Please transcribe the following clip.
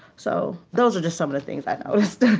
so, those are just some of the things i've noticed.